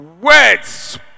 words